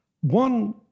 One